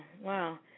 wow